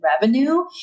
revenue